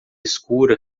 escura